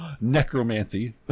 necromancy